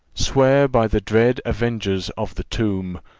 swear by the dread avengers of the tomb,